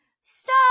Stop